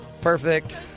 Perfect